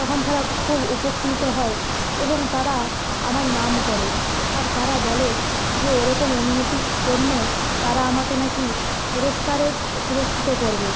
তখন তারা খুব উপকৃত হয় এবং তারা আমার নাম করে আর তারা বলে যে এরকম উন্নতির জন্য তারা আমাকে নাকি পুরস্কারে পুরস্কৃত করবে